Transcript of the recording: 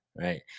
right